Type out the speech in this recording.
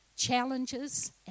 challenges